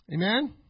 Amen